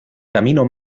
camino